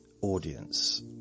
audience